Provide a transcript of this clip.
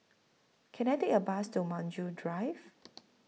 Can I Take A Bus to Maju Drive